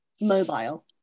mobile